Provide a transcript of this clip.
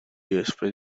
después